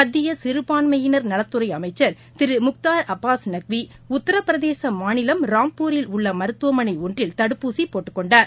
மத்தியசிறபான்மையினர் நலத்துறைஅமைச்சர் திருமுக்தர் அப்பாஸ் நக்வி உத்தரப் பிரதேசமாநிலம் ராம்பூரில் உள்ளமருத்துவமனைஒன்றில் தடுப்பூசிபோட்டுக் கொண்டார்